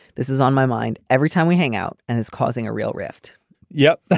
this is on my mind every time we hang out and it's causing a real rift yep, but